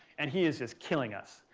and he is just killing us.